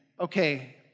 okay